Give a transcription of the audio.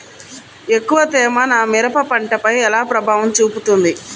ఎక్కువ తేమ నా మిరప పంటపై ఎలా ప్రభావం చూపుతుంది?